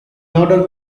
order